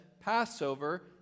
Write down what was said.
Passover